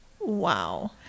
Wow